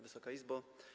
Wysoka Izbo!